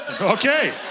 Okay